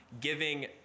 giving